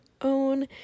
own